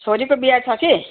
छोरीको बिहा छ कि